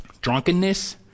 drunkenness